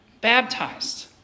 baptized